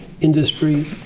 industry